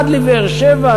עד לבאר-שבע,